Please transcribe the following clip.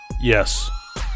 Yes